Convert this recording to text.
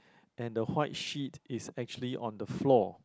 and the white sheet is actually on the floor